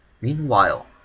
Meanwhile